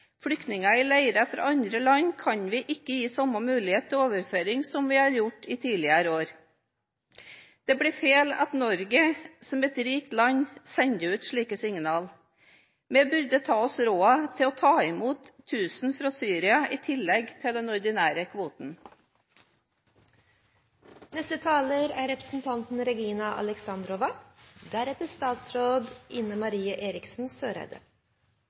flyktninger i leirer fra andre land kan vi ikke gi samme mulighet til overføring som vi har gjort i tidligere år. Det blir feil at Norge som et rikt land sender ut slike signaler. Vi burde ta oss råd til å ta imot 1 000 fra Syria i tillegg til den ordinære kvoten. Høyre er fornøyd med at regjeringen vil arbeide med å skape reell balanse mellom oppgaver og ressurser i forsvarssektoren. Representanten